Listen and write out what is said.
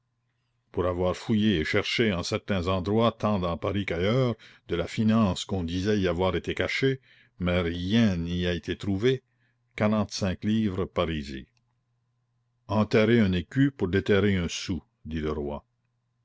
pour avoir fouillé et cherché en certains endroits tant dans paris qu'ailleurs de la finance qu'on disait y avoir été cachée mais rien n'y a été trouvé quarante-cinq livres parisis enterrer un écu pour déterrer un sou dit